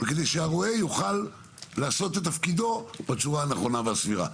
כדי שהרועה יוכל לעשות את תפקידו בצורה הנכונה והסבירה.